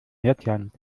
lettland